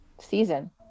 season